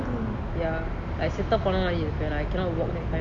ya I சீதா போனோம் மாறி இருப்பான்:seatha ponam maari irupan I cannot walk that kind